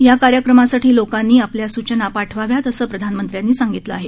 या कार्यक्रमासाठी लोकांनी आपल्या सुचना पाठवाव्यात असं प्रधानमंत्र्यांनी सांगितलं आहे